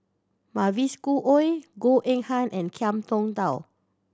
Mavis Khoo Oei Goh Eng Han and Ngiam Tong Dow